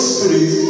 Spirit